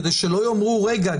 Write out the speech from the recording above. כדי שלא יאמרו: רגע,